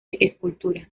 escultura